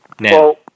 Now